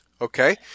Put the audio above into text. Okay